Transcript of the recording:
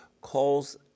calls